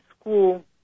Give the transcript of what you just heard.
school